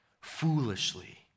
foolishly